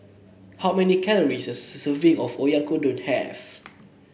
how many calories does a serving of Oyakodon have